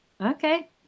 Okay